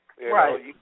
Right